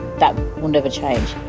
that will never change.